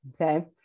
Okay